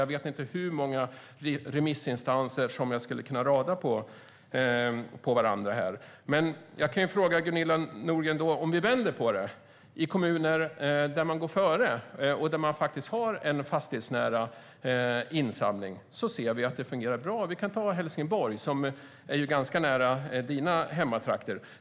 Jag vet inte hur många remissinstanser jag skulle kunna rada efter varandra här, men jag kan ställa en fråga till dig, Gunilla Nordgren. Om vi vänder på det ser vi att det fungerar bra i kommuner där man går före och har en fastighetsnära insamling. Vi kan ta Helsingborg, som ligger ganska nära dina hemtrakter.